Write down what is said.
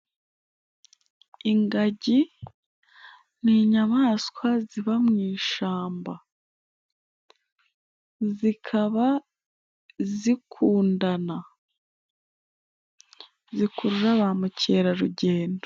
Ingagi ni inyamaswa ziba mu ishamba, zikaba zikundana, zikurura ba mukerarugendo.